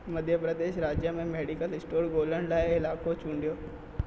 मध्य प्रदेश राज्य में medical store ॻोल्हण लाइ इलाइक़ो चूंडियो